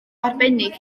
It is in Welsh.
arbennig